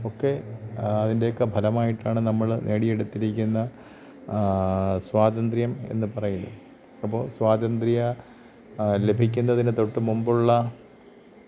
ഒക്കെ അതിൻ്റെയൊക്കെ ഫലമായിട്ടാണ് നമ്മള് നേടിയെടുത്തിരിക്കുന്ന സ്വാതന്ത്ര്യം എന്ന് പറയുന്നത് അപ്പോൾ സ്വാതന്ത്ര്യ ലഭിക്കുന്നതിന് തൊട്ടുമുമ്പുള്ള